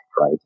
right